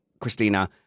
Christina